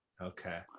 Okay